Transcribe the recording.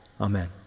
Amen